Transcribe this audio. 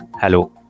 hello